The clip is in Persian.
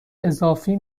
اضافی